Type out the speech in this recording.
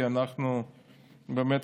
כי אנחנו באמת,